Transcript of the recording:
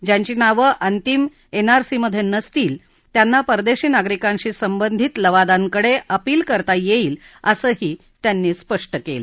ज्यांची नावे अंतिम एनआरसी मध्ये नसतील त्यांना परदेशी नागरिकांशी संबंधित लवादांकडे अपील करता येईल असंही त्यांनी स्पष्ट केलं